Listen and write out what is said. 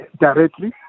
directly